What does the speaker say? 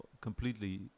completely